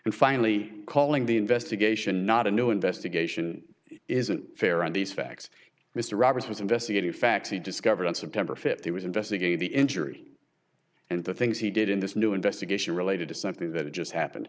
and finally calling the investigation not a new investigation isn't fair on these facts mr roberts was investigating facts he discovered on september fifth he was investigating the injury and the things he did in this new investigation related to something that just happened